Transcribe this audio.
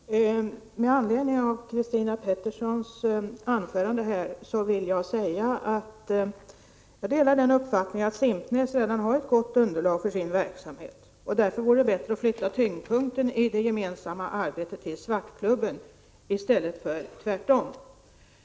Herr talman! Med anledning av Christina Petterssons anförande vill jag säga att jag delar uppfattningen att Simpnäs redan har ett gott underlag för sin verksamhet. Därför vore det bättre att flytta tyngdpunkten i det gemensamma arbetet till Svartklubben, i stället för tvärtom.